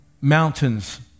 mountains